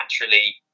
naturally